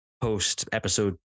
post-episode